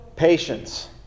Patience